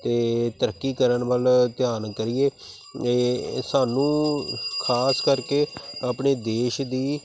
ਅਤੇ ਤਰੱਕੀ ਕਰਨ ਵੱਲ ਧਿਆਨ ਕਰੀਏ ਇਹ ਸਾਨੂੰ ਖਾਸ ਕਰਕੇ ਆਪਣੇ ਦੇਸ਼ ਦੀ